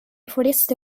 foreste